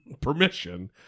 permission